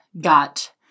got